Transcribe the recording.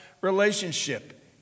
relationship